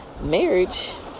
Marriage